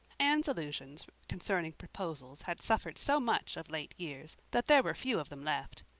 anne's illusions concerning proposals had suffered so much of late years that there were few of them left.